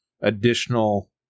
additional